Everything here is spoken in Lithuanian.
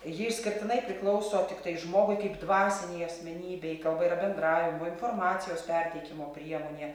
ji išskirtinai priklauso tiktai žmogui kaip dvasinei asmenybei kalba yra bendravimo informacijos perteikimo priemonė